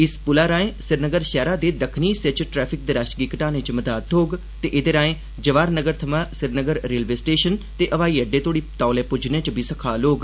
इस पुलै राए श्रीनगर शैहरा दे दक्खनी हिस्से च ट्रैफिक दे रश गी घटाने च मदाद थ्होंग ते एह्दे राए जवाहर नगर थमा श्रीनगर रेलवे स्टेशन ते ब्हाई अड्डे तोहड़ी तौले पुज्जने च बी सखाल होग